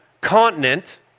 continent